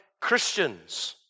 Christians